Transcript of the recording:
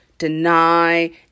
deny